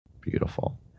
Beautiful